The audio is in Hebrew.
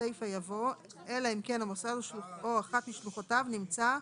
בסיפא יבוא: אלא אם כן המוסד או אחת משלוחותיו נמצאים